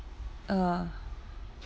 uh